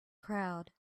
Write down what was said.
crowd